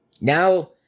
Now